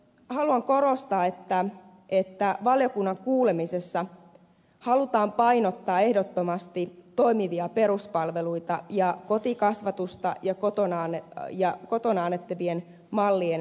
haluan korostaa että valiokunnan kuulemisessa halutaan painottaa ehdottomasti toimivia peruspalveluita ja kotikasvatusta ja kotona annettavien mallien tärkeyttä